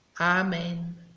Amen